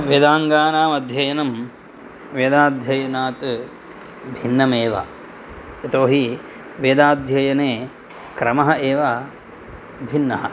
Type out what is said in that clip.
वेदाङ्गानाम् अध्ययनं वेदाध्ययनात् भिन्नमेव यतोहि वेदाध्ययने क्रमः एव भिन्नः